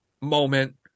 moment